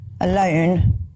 alone